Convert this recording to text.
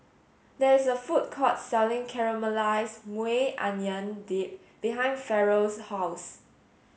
there is a food court selling Caramelized Maui Onion Dip behind Ferrell's house